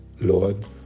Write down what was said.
Lord